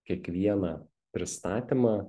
kiekvieną pristatymą